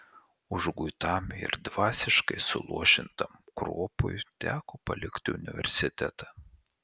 užguitam ir dvasiškai suluošintam kruopui teko palikti universitetą